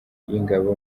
y’ingabo